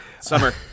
Summer